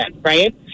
right